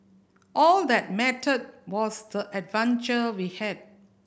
all that mattered was the adventure we had